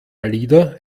alida